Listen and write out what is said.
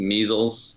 Measles